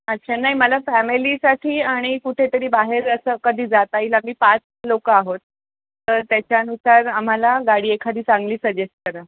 अच्छा नाही मला फॅमिलीसाठी आणि कुठेतरी बाहेर असं कधी जाता येईल आम्ही पाच लोक आहोत तर त्याच्यानुसार आम्हाला गाडी एखादी चांगली सजेस्ट करा